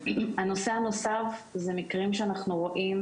הנושא הנוסף זה מקרים שאנחנו רואים